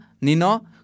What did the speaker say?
nino